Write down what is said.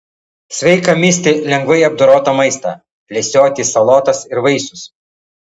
sveika misti lengvai apdorotą maistą lesioti salotas ir vaisius